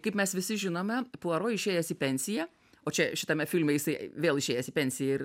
kaip mes visi žinome puaro išėjęs į pensiją o čia šitame filme jisai vėl išėjęs į pensiją ir